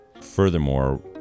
furthermore